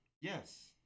Yes